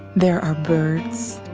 there are birds.